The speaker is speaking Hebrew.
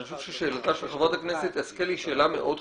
אני חושב ששאלתה של חברת הכנסת השכל היא שאלה מאוד חשובה.